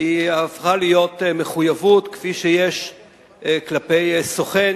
הפכה להיות מחויבות כפי שיש כלפי סוכן